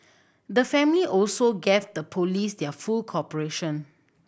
the family also gave the Police their full cooperation